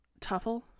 tuffle